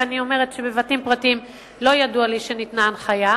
ואני אומרת שלגבי בתים פרטיים לא ידוע לי שניתנה הנחיה.